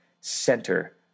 center